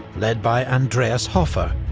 led by andreas hofer,